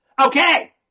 Okay